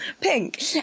pink